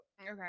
Okay